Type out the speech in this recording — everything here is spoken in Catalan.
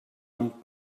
amb